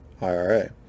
ira